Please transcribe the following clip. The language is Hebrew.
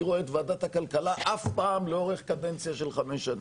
רואה את ועדת הכלכלה אף פעם לאורך קדנציה של חמש שנים,